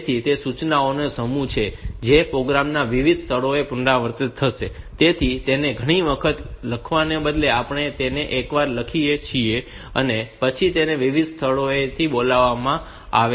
તેથી તે સૂચનાઓનો સમૂહ છે જે પ્રોગ્રામ ના વિવિધ સ્થળોએ પુનરાવર્તિત થશે તેથી તેને ઘણી વખત લખવાને બદલે આપણે તેને એકવાર લખીએ છીએ અને પછી તેને વિવિધ સ્થળોએથી બોલાવવામાં આવે છે